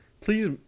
please